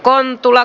hantula